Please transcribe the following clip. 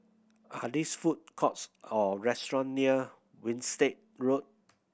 are these food courts or restaurant near Winstedt Road